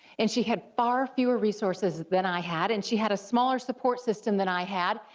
and she had far fewer resources than i had, and she had a smaller support system than i had,